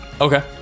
Okay